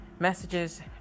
messages